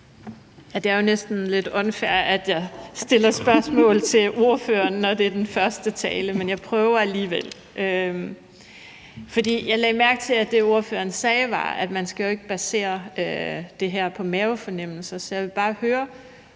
Det er jo næsten lidt unfair, at jeg stiller spørgsmål til ordføreren, når det er den første tale, men jeg prøver alligevel. For jeg lagde mærke til, at det, ordføreren sagde, var, at man jo ikke skal basere det her på mavefornemmelser. Så jeg vil bare høre,